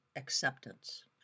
Acceptance